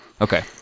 okay